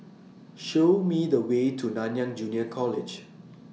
Show Me The Way to Nanyang Junior College